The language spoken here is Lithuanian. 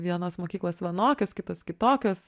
vienos mokyklos vienokios kitos kitokios